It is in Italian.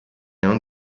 non